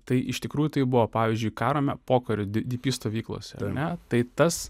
tai iš tikrųjų tai buvo pavyzdžiui karo me pokario dp stovyklose ane tai tas